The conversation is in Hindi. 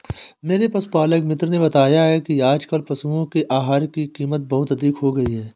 मेरे पशुपालक मित्र ने बताया कि आजकल पशुओं के आहार की कीमत बहुत अधिक हो गई है